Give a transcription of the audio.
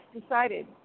decided